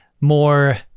more